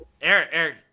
Eric